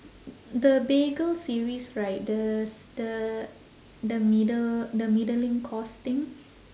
the bagel series right the the the middle the middling course thing